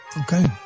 Okay